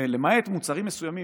ולמעט מוצרים מסוימים.